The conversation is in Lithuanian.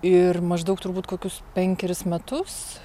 ir maždaug turbūt kokius penkerius metus